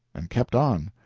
and kept on.